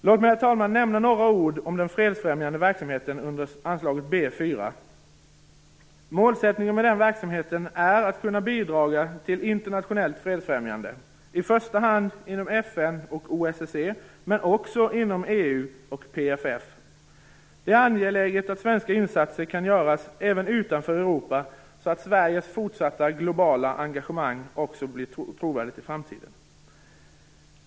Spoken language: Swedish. Låt mig, herr talman, nämna några ord om den fredsfrämjande verksamheten under anslaget B 4. Målsättningen med verksamheten är att kunna bidra till internationellt fredsfrämjande, i första hand inom FN och OSSE, men också inom EU och PFF. Det är angeläget att svenska insatser kan göras även utanför Europa så att Sveriges fortsatta globala engagemang också blir trovärdigt i framtiden.